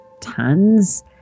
tons